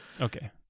Okay